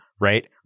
right